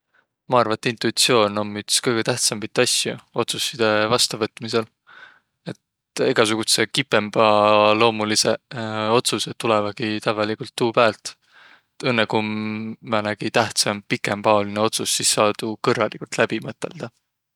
Maq arva, et intuitsioon om üts kõgõ tähtsämbit asjo otsussidõ vastavõtmisõl. Et egäsugudsõq kipõmbaloomulidsõq otsusõq tulõvagiq tävveligult tuu päält. Õnnõ ku om määnegi tähtsämb, pikembäaolinõ otsus, sis saa tuu kõrraligult läbi mõtõldaq.